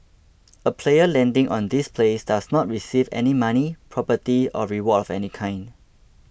a player landing on this place does not receive any money property or reward of any kind